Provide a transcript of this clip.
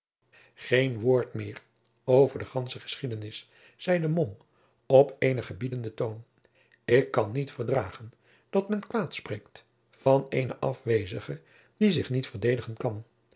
geen woord meer over de gandsche geschiedenis zeide mom op eenen gebiedenden toon ik kan niet verdragen dat men kwaad spreekt van eenen afwezige die zich niet verdedigen kan